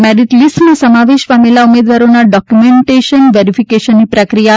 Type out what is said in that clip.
મેરિટલિસ્ટમાં સમાવેશ પામેલા ઉમેદવારોના ડોકયુમેન્ટ વેરીફીકેશનની પ્રક્રિયા તા